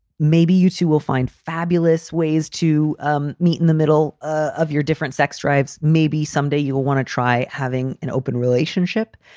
maybe you, too, will find fabulous ways to um meet in the middle of your different sex drives. maybe someday you will want to try having an open relationship.